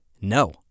no